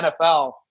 NFL